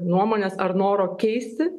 nuomonės ar noro keisti